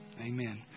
Amen